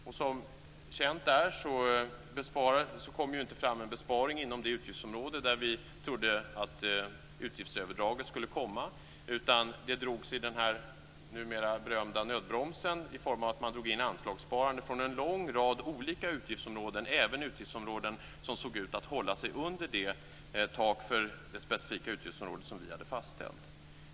Och som känt är kom det inte fram någon besparing inom det utgiftsområde där vi trodde att utgiftsöverdraget skulle komma, utan det drogs i denna numera berömda nödbromsen i form av att man drog in anslagssparande från en lång rad olika utgiftsområden, även utgiftsområden som såg ut att hålla sig under det tak för det specifika utgiftsområdet som vi hade fastställt.